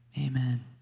Amen